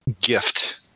gift